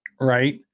Right